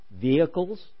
vehicles